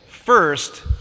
first